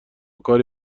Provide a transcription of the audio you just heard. کاری